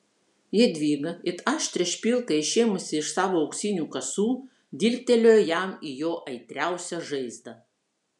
jadvyga it aštrią špilką išėmusi iš savo auksinių kasų dilgtelėjo jam į jo aitriausią žaizdą